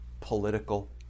political